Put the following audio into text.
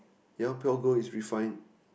ya pure gold is refined